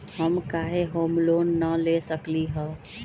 हम काहे home loan न ले सकली ह?